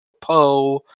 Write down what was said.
Poe